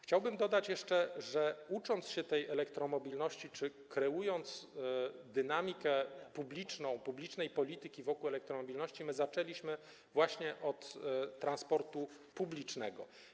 Chciałbym dodać jeszcze, że ucząc się tej elektromobilności czy kreując dynamikę publiczną, publicznej polityki wokół elektromobilności, zaczęliśmy właśnie od transportu publicznego.